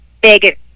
big